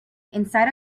inside